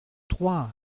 trois